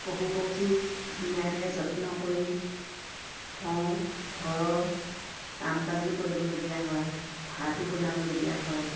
পশু পক্ষী ধুনীয়াকৈ যত্ন কৰি থওঁ ঘৰৰ কাম কাজো কৰিবলগীয়া হয় ভাতো বনাবলগীয়া হয়